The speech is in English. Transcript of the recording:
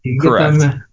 Correct